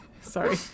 Sorry